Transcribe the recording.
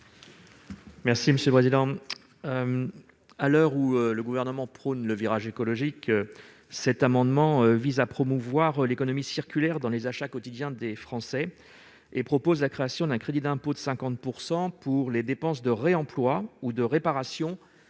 M. Didier Marie. À l'heure où le Gouvernement prône un virage écologique, cet amendement vise à promouvoir l'économie circulaire dans les achats quotidiens des Français, en proposant la création d'un crédit d'impôt de 50 % pour les dépenses de réemploi ou de réparation